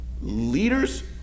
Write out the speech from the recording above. leaders